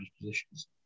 positions